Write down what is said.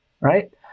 Right